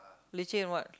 leceh in what